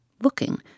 looking